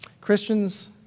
Christians